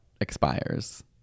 expires